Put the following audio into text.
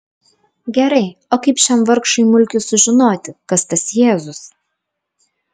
gerai o kaip šiam vargšui mulkiui sužinoti kas tas jėzus